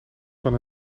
van